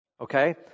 okay